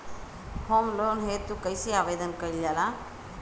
Home loan हेतु कइसे आवेदन कइल जाला?